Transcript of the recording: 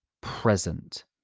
present